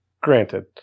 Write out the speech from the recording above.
Granted